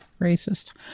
racist